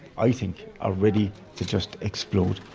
i think, are ready to just explode